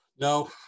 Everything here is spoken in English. no